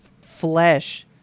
flesh